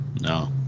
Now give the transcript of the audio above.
No